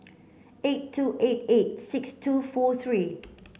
eight two eight eight six two four three